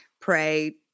pray